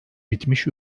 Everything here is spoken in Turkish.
bitmiş